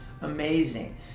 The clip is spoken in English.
amazing